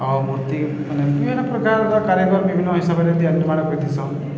ଆଉ ମୂର୍ତ୍ତି ମାନେ ବିଭିନ୍ନ ପ୍ରକାରର କାରିଗର ବିଭିନ୍ନ ହିସାବରେ ତିଆରି ନିର୍ମାଣ କରିଥିସନ୍